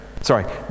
Sorry